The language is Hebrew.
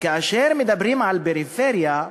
וכאשר מדברים על פריפריה,